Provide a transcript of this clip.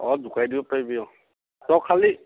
অঁ জোকাৰি দিব পাৰিবি তই খালী